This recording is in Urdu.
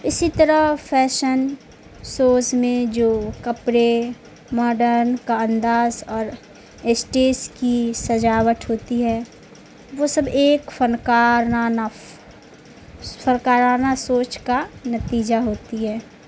اسی طرح فیشن سوز میں جو کپڑے ماڈرن کا انداز اور اسٹیز کی سجاوٹ ہوتی ہے وہ سب ایک فنکارانہ ف فنکارانہ سوچ کا نتیجہ ہوتی ہے